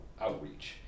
outreach